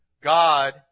God